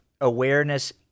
awareness